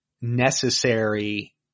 necessary